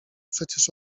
przecież